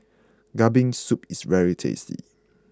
Kambing Soup is very tasty